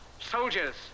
Soldiers